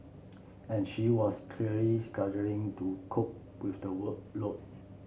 and she was clearly struggling to cope with the workload